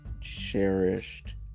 cherished